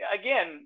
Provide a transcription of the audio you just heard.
again